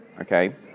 okay